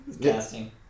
casting